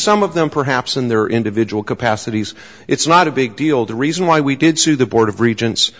some of them perhaps in their individual capacities it's not a big deal the reason why we did sue the board of regents